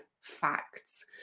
facts